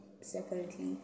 separately